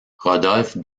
rodolphe